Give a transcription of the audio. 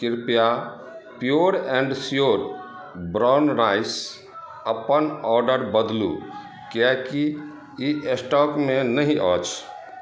कृपया pure and sure brown rice अपन order बदलु किएकि ई स्टॉकमे नहि अछि